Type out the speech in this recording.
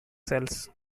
cells